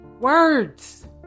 words